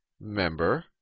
member